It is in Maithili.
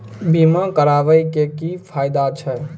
बीमा कराबै के की फायदा छै?